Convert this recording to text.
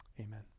Amen